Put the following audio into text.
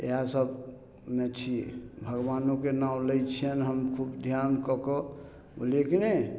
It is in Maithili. इएह सबमे छी भगवानोके नाम लै छियनि हम खूब ध्यान कऽके बुझलियै की नहि